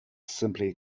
simply